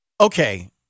Okay